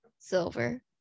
silver